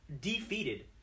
defeated